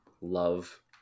love